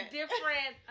different